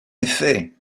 effet